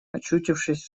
очутившись